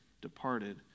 departed